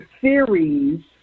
series